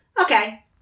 okay